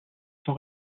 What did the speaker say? sans